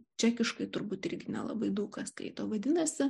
čekiškai turbūt irgi nelabai daug kas skaito vadinasi